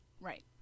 Right